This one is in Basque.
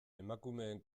emakumeen